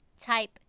Type